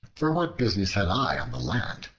for what business had i on the land,